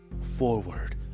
forward